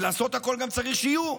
וגם צריך לעשות הכול כדי שיהיו,